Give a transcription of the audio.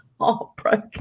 heartbroken